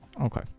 Okay